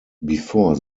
before